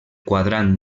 quadrant